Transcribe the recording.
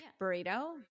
burrito